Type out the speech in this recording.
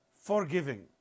Forgiving